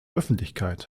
öffentlichkeit